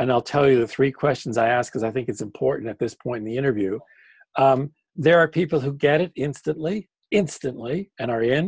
and i'll tell you the three questions i ask is i think it's important at this point the interview there are people who get it instantly instantly and are in